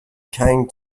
cane